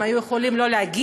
הם היו יכולים שלא להגיע,